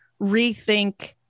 rethink